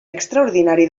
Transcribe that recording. extraordinari